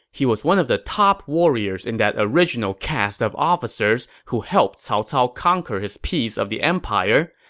he was one of the top warriors in that original cast of officers who helped cao cao conquer his piece of the empire,